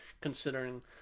considering